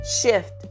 shift